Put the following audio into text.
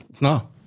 No